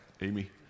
Amy